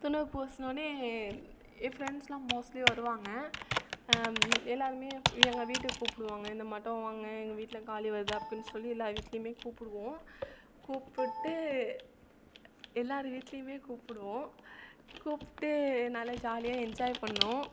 தின்னூறு பூசுனோன்னே என் ஃப்ரெண்ட்ஸ்லாம் மோஸ்ட்லி வருவாங்க எல்லோருமே எங்கள் வீட்டுக்கு கூப்பிடுவாங்க இந்த மட்டோம் வாங்க எங்கள் வீட்டில் காளி வருது அப்படின் சொல்லி எல்லா வீட்லேயுமே கூப்பிடுவோம் கூப்பிட்டு எல்லாரு வீட்லேயுமே கூப்பிடுவோம் கூப்பிட்டு நல்லா ஜாலியாக என்ஜாய் பண்ணுவோம்